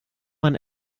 man